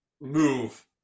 Move